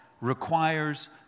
requires